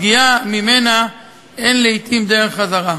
פגיעה שממנה לעתים אין דרך חזרה,